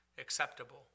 acceptable